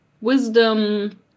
wisdom